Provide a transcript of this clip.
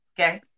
okay